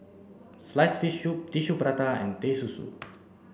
sliced fish soup tissue prata and Teh Susu